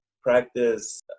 practice